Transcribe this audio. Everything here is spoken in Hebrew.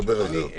עוד נדבר על זה.